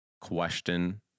question